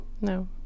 No